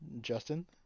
Justin